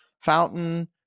fountain